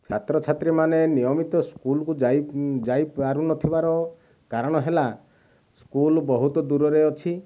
ଛାତ୍ରଛାତ୍ରୀମାନେ ନିୟମିତ ସ୍କୁଲକୁ ଯାଇ ଯାଇ ପାରୁନଥିବାର କାରଣ ହେଲା ସ୍କୁଲ ବହୁତ ଦୂରରେ ଅଛି